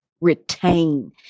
retain